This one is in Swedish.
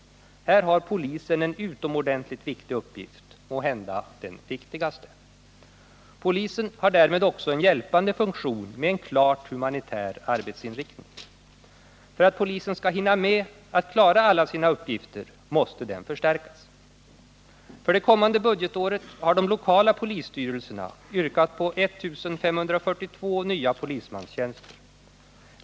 Här har polisen en utomordentligt viktig uppgift — måhända den viktigaste. Polisen har därmed också en hjälpande funktion med en klart humanitär arbetsinriktning. För att polisen skall hinna med att utreda begångna brott måste den förstärkas. För det kommande budgetåret har de lokala polisstyrelserna yrkat på I 542 nya polismanstjänster.